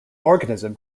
organism